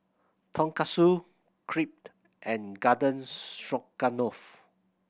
Tonkatsu Crepe and Garden Stroganoff